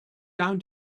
down